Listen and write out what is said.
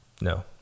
No